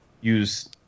Use